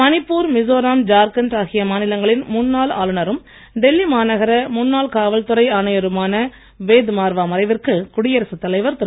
மணிப்பூர் மிசோராம் ஜார்கண்ட் ஆகிய மாநிலங்களின் முன்னாள் ஆளுனரும் டெல்லி மாநகர முன்னாள் காவல்துறை ஆணையருமான வேத் மார்வா மறைவிற்கு குடியரசுத் தலைவர் திரு